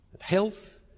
health